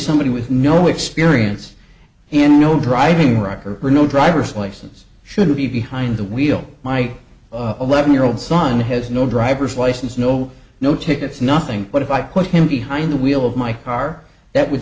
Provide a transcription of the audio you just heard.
somebody with no experience in no driving record or no driver's license should be behind the wheel my eleven year old son has no driver's license no no tickets nothing but if i put him behind the wheel of my car that would